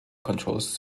controls